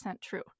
true